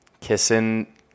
kissing